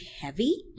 heavy